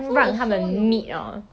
so the show you like